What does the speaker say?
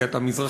כי אתה מזרחי,